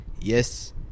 yes